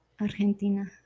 Argentina